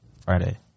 Friday